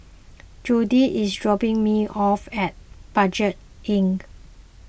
Jordi is dropping me off at Budget Inn